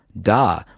da